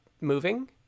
moving